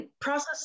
process